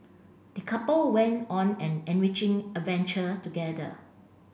the couple went on an enriching adventure together